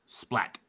Splat